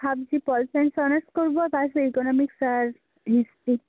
ভাবছি pol science honours করব তার সাথে ইকনমিক্স আর হিস্ট্রি